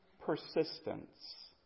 persistence